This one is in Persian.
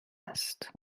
است